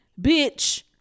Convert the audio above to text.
bitch